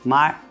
Maar